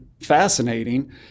fascinating